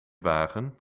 wagen